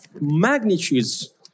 magnitudes